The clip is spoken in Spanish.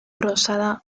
rosada